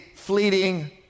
fleeting